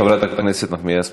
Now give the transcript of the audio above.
חברת הכנסת נחמיאס,